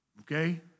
Okay